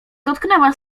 dotknęła